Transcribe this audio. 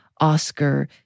Oscar